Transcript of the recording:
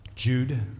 Jude